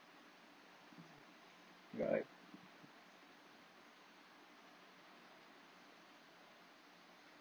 right